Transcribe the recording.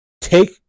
Take